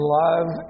love